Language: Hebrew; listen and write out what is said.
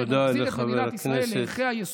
תודה לחבר הכנסת בצלאל סמוטריץ'.